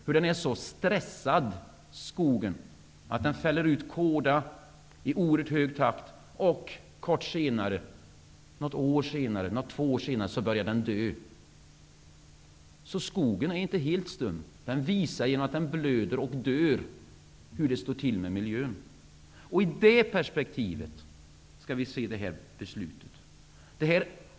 Skogen är så stressad att träden fäller ut kåda i oerhört snabb takt. Något eller några år senare börjar skogen dö. Skogen är inte helt stum. Den visar genom att den blöder och dör hur det står till med miljön. Det är i det perspektivet som vi skall se det här beslutet.